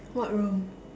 what room